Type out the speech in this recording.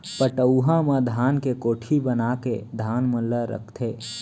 पटउहां म धान के कोठी बनाके धान मन ल रखथें